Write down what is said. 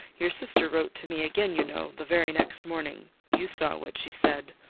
your sister wrote to me again, you know, the very next morning. you saw what she said.